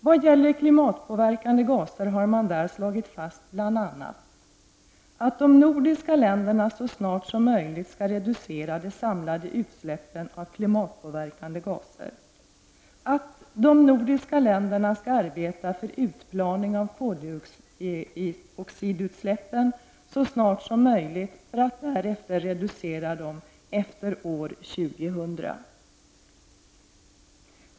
Vad gäller klimatpåverkande gaser har man där slagit fast bl.a. att de nordiska länderna skall arbeta för utplaning av koldioxidutsläppen så snart som möjligt för att därefter reducera dem efter år 2000.